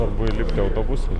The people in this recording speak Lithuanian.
svarbu įlipti į autobusą